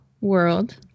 world